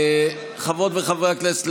חברות וחברי הכנסת,